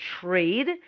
trade